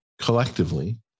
collectively